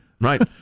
right